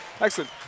Excellent